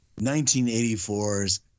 1984's